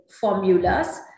formulas